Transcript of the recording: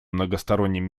многосторонним